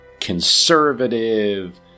conservative